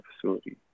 facility